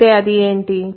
అయితే అది ఏంటి